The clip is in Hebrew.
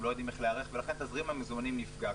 הם לא יודעים איך להיערך ולכן תזרים המזומנים נפגע.